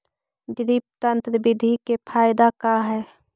Drip तन्त्र बिधि के फायदा का है?